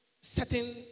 certain